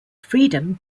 freedom